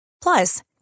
Plus